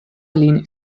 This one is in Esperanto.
lin